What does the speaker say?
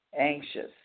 anxious